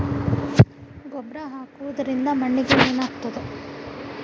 ಗೊಬ್ಬರ ಹಾಕುವುದರಿಂದ ಮಣ್ಣಿಗೆ ಏನಾಗ್ತದ?